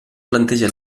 planteja